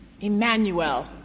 Emmanuel